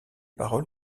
paroles